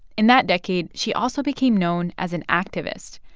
in that decade, she also became known as an activist.